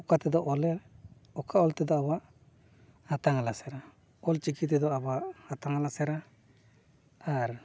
ᱚᱠᱟ ᱛᱮᱫᱚ ᱚᱞᱮ ᱚᱠᱟ ᱚᱞ ᱛᱮᱫᱚ ᱟᱵᱚᱣᱟᱜ ᱦᱟᱛᱟᱝ ᱮ ᱞᱟᱥᱮᱨᱟ ᱚᱞᱪᱤᱠᱤ ᱛᱮᱫᱚ ᱟᱵᱚᱣᱟᱜ ᱦᱟᱛᱟᱝ ᱮ ᱞᱟᱥᱮᱨᱟ ᱟᱨ